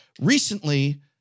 recently